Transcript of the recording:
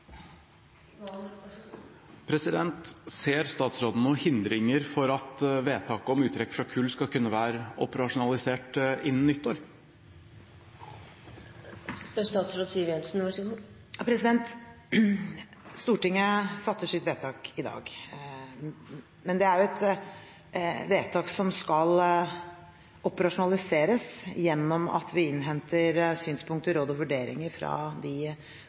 Ser statsråden noen hindringer for at vedtaket om uttrekk fra kull skal kunne være operasjonalisert innen nyttår? Stortinget fatter sitt vedtak i dag, men det er et vedtak som skal operasjonaliseres gjennom at vi innhenter synspunkter, råd og vurderinger fra de